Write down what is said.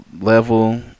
level